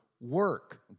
work